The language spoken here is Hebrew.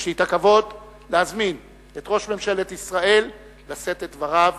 יש לי הכבוד להזמין את ראש ממשלת ישראל לשאת את דבריו.